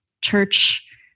church